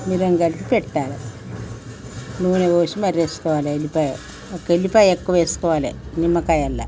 మిరెం కలిపి పెట్టాలే నూనె పోసి మర్రేసుకోవాలె ఎల్లిపాయ ఒక్క ఎల్లిపాయ ఎక్కువ వేసుకోవాలే నిమ్మకాయల్లో